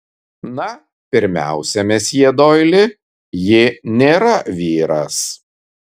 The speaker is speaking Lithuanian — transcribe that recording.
na pirmiausia mesjė doili ji nėra vyras